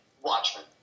Watchmen